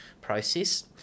process